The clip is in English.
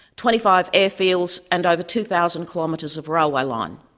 twenty-five airfields and over two thousand kilometres of railway line.